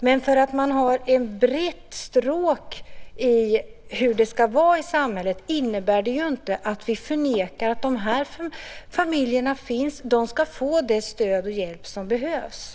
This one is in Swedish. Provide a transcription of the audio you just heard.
Men att ha en bred syn på hur det ska vara i samhället innebär ju att vi inte förnekar att de här familjerna finns och att de ska få det stöd och den hjälp som de behöver.